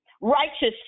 righteous